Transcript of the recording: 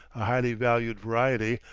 a highly valued variety,